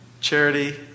Charity